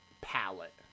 palette